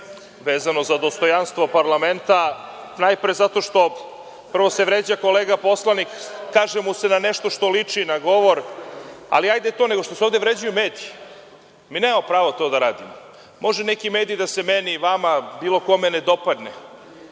vezano za dostojanstvo parlamenta najpre zato što prvo se vređa kolega poslanik, kaže mu se da nešto što liči na govor, ali hajde to, nego što se ovde vređaju mediji. Mi nemamo prava to da radimo. Može neki mediji da se meni, vama, bilo kome ne dopadne,